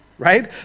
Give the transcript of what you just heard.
right